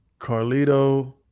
Carlito